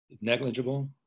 negligible